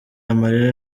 amarira